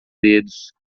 dedos